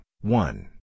one